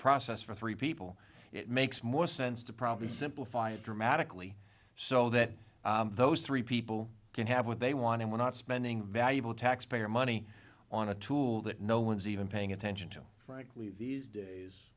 process for three people it makes more sense to probably simplify it dramatically so that those three people can have what they want and we're not spending valuable taxpayer money on a tool that no one's even paying attention to frankly these days